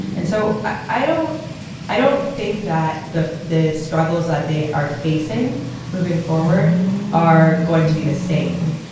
and so i i don't i don't think that the the struggles that they are facing moving forward are going to be the same.